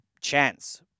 chance